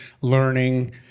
learning